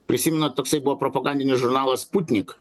prisimenat toksai buvo propagandinis žurnalas sputnik